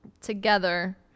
together